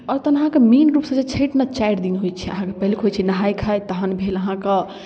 आओर तहन अहाँके मेन रूपसँ जे छठि मतलब चारि दिन होइ छै अहाँके पहिलुक होइ छै नहाइ खाइ तहन भेल अहाँके